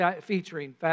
featuring